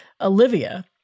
Olivia